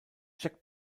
check